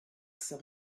some